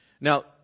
Now